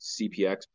CPX